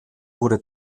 wurde